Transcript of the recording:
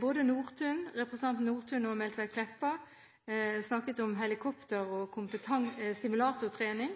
Både representanten Nordtun og representanten Meltveit Kleppa snakket om helikopter og simulatortrening.